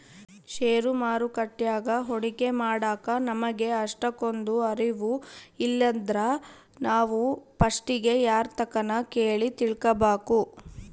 ಷೇರು ಮಾರುಕಟ್ಯಾಗ ಹೂಡಿಕೆ ಮಾಡಾಕ ನಮಿಗೆ ಅಷ್ಟಕೊಂದು ಅರುವು ಇಲ್ಲಿದ್ರ ನಾವು ಪಸ್ಟಿಗೆ ಯಾರ್ತಕನ ಕೇಳಿ ತಿಳ್ಕಬಕು